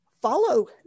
Follow